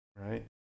right